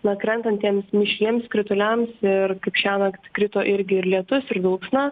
nukrentantiems mišriems krituliams ir kaip šiąnakt krito ir lietus ir dulksna